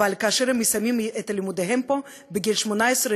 אבל כאשר הם מסיימים את לימודיהם פה בגיל 18,